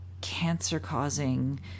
cancer-causing